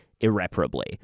irreparably